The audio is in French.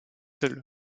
seuls